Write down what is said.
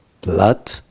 Blood